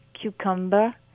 cucumber